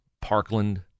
Parkland